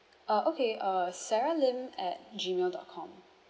uh okay uh sarah lim at gmail dot com